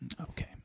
Okay